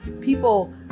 people